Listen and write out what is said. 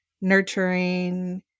nurturing